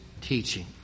teaching